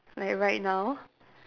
like right now